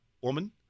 woman